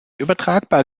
übertragbar